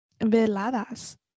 veladas